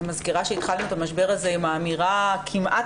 אני מזכירה שהתחלנו את המשבר הזה עם האמירה כמעט